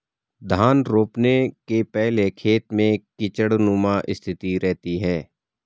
धान रोपने के पहले खेत में कीचड़नुमा स्थिति रहती है